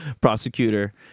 prosecutor